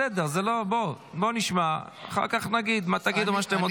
הכול בסדר, כדאי שתקשיבי.